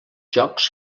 jocs